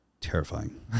Terrifying